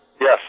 Yes